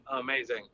amazing